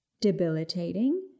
debilitating